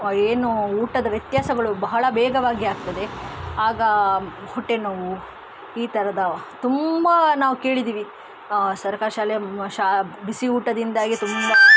ಏನು ಊಟದ ವ್ಯತ್ಯಾಸಗಳು ಬಹಳ ಬೇಗವಾಗಿ ಆಗ್ತದೆ ಆಗ ಹೊಟ್ಟೆನೋವು ಈ ಥರದ ತುಂಬ ನಾವು ಕೇಳಿದ್ದೀವಿ ಸರಕಾರಿ ಶಾಲೆಯ ಶ ಬಿಸಿ ಊಟದಿಂದಾಗಿ ತುಂಬ